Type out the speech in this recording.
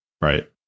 Right